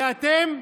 ואתם,